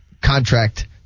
contract